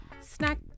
snack